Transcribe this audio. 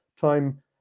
time